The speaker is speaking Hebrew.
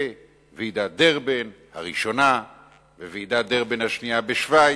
כוועידת דרבן הראשונה וועידת דרבן השנייה בשווייץ.